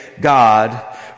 God